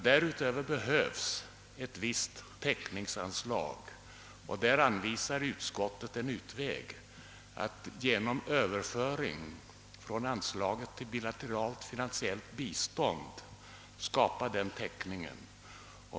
Därutöver behövs ett visst täckningsanslag. Utskottet anvisar därvidlag utvägen att genom en överföring från anslaget till bilateralt finansiellt bistånd skapa den täckningen.